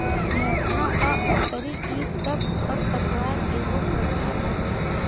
मोथा आ अकरी इ सब खर पतवार एगो प्रकार हवे